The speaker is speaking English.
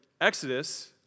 Exodus